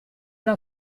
una